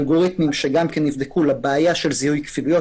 אלגוריתמים שגם נבדקו לבעיה של זיהוי כפילויות.